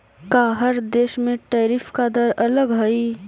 का हर देश में टैरिफ का दर अलग हई